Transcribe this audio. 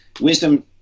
wisdom